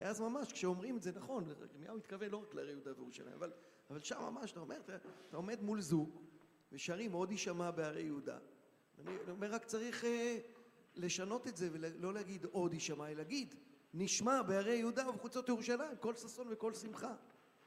ואז ממש כשאומרים את זה נכון, אני מתכוון לא רק לערי יהודה וירושלים אבל שם ממש אתה עומד מול זוג ושרים עוד יישמע בערי יהודה רק צריך לשנות את זה ולא להגיד עוד יישמע אלא להגיד נשמע בערי יהודה ובחוצות ירושלים קול ששון וכל שמחה